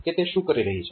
કે તે શું કરી રહી છે